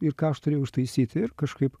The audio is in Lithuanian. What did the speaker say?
ir ką aš turėjau ištaisyti ir kažkaip